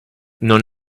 non